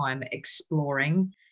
exploring